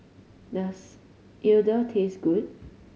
does Idili taste good